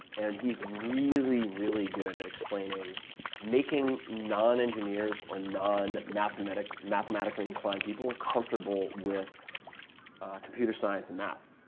and he's really, really good at explaining making non-engineers or non-mathematically non-mathematically inclined people comfortable with computer science and math.